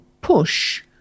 push